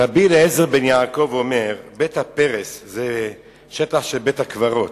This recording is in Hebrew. רבי אליעזר בן יעקב אומר: "בית הפרס" זה השטח של בית-הקברות,